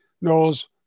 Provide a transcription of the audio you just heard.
knows